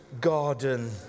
garden